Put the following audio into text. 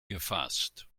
gefasst